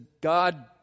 God